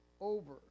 over